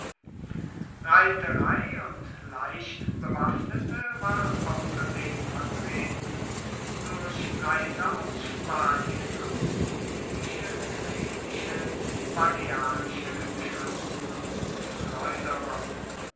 reiterei und leichtbewaffnete waren außerdem vertreten durch reiter aus spanien und numidische kretische balearische schützen und schleuderer